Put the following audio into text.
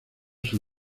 sus